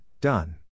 done